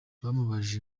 bamubajije